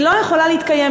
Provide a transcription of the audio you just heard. היא לא יכולה להתקיים,